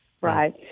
Right